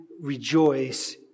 rejoice